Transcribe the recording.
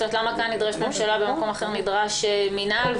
למה כאן נדרשת הממשלה ובמקום אחר נדרש מינהל?